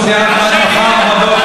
אתה יכול לבוז לי עד מחר בבוקר,